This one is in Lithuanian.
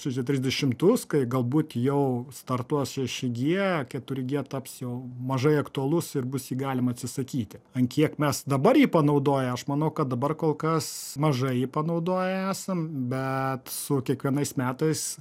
du tūkstančiai trisdešimtus kai galbūt jau startuos šeši gie keturi gie taps jau mažai aktualus ir bus jį galima atsisakyti an kiek mes dabar jį panaudoję aš manau kad dabar kol kas mažai jį panaudoję esam bet su kiekvienais metais